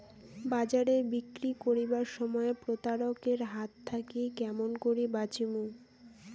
বাজারে বিক্রি করিবার সময় প্রতারক এর হাত থাকি কেমন করি বাঁচিমু?